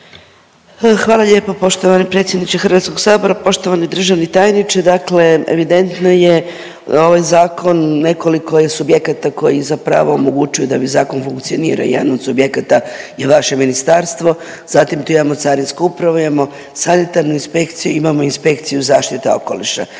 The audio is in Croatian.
Hvala lijepo poštovani predsjedniče HS. Poštovani državni tajniče, dakle evidentno je, ovaj zakon, nekoliko je subjekata koji zapravo omogućuju da ovaj zakon funkcionira. Jedan od subjekata je vaše ministarstvo, zatim tu imamo carinsku upravu, imamo Sanitarnu inspekciju, imamo Inspekciju zaštite okoliša.